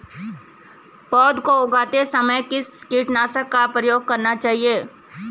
पौध को उगाते समय किस कीटनाशक का प्रयोग करना चाहिये?